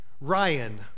Ryan